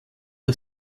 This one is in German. der